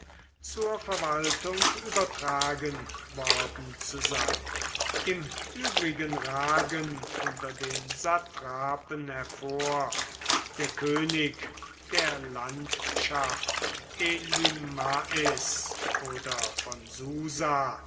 zur verwaltung übertragen worden zu sein im übrigen ragen unter den satrapen hervor der könig der landschaft elymais oder von